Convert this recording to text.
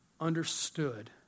understood